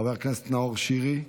חבר הכנסת נאור שירי,